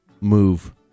move